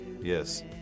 Yes